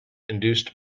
induced